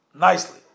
nicely